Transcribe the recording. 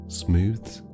smooths